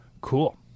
Cool